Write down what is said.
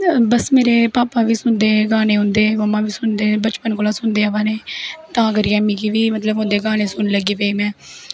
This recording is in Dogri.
बस मेरे भापा बी सुनदे गाने उंदे मम्मा बी सुनदे बचपन कोला सुनदे अवाने तां करियै मतलव कि उंदे गानें सुनन लगी पेई में